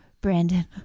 Brandon